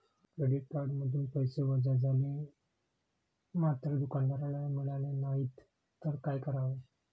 Credit कार्डमधून पैसे वजा झाले मात्र दुकानदाराला मिळाले नाहीत तर काय करावे?